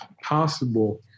possible